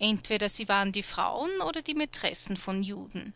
entweder sie waren die frauen oder die maitressen von juden